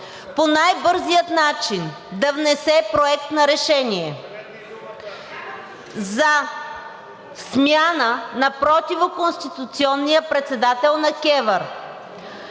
по най-бързия начин да внесе Проект на решение за смяна на противоконституционния председател на